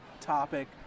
topic